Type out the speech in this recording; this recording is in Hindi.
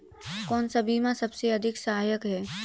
कौन सा बीमा सबसे अधिक सहायक है?